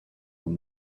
were